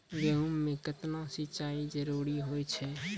गेहूँ म केतना सिंचाई जरूरी होय छै?